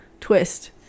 Twist